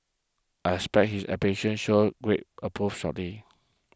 I expect his application should agree approve shortly